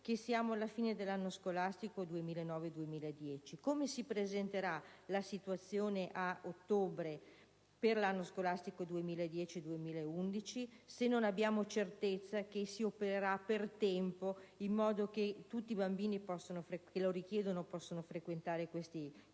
che siamo alla fine dell'anno scolastico 2009-2010. Come si presenterà la situazione ad ottobre per l'anno scolastico 2010-2011 se non abbiamo certezza che si opererà per tempo in modo che tutti i bambini che lo richiedano possano frequentare questi corsi?